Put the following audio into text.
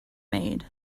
made